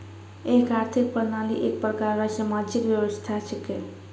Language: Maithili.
एक आर्थिक प्रणाली एक प्रकार रो सामाजिक व्यवस्था छिकै